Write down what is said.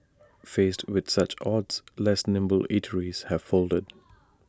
faced with such odds less nimble eateries have folded